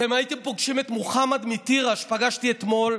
אתם הייתם פוגשים את מוחמד מטירה, שפגשתי אתמול,